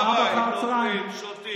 יושבים בבית, אוכלים, שותים.